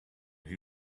who